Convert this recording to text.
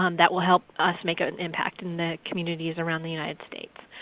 um that will help us make an impact in the communities around the united states.